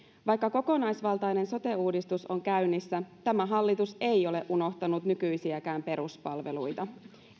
vaikka kokonaisvaltainen sote uudistus on käynnissä tämä hallitus ei ole unohtanut nykyisiäkään peruspalveluita